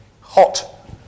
hot